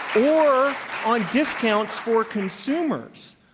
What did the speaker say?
or on discounts for consumers.